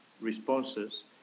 responses